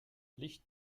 licht